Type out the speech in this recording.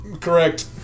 correct